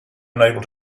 unable